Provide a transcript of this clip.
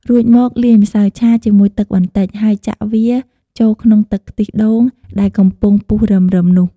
រួចមក លាយម្សៅឆាជាមួយទឹកបន្តិច ហើយចាក់វាចូលក្នុងទឹកខ្ទិះដូងដែលកំពុងពុះរឹមៗនោះ។